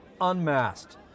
unmasked